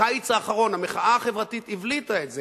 הקיץ האחרון, המחאה החברתית הבליטה את זה.